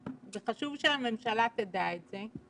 וחשוב שהממשלה תדע את זה,